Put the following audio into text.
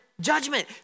judgment